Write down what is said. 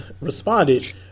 responded